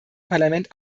parlament